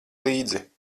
līdzi